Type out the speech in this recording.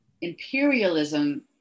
Imperialism